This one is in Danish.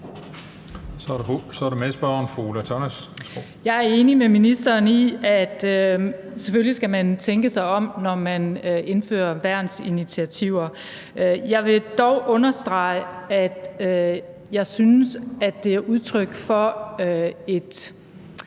Jeg er enig med ministeren i, at man selvfølgelig skal tænke sig om, når man indfører værnsinitiativer. Jeg vil dog understrege, at jeg synes, at det er udtryk for et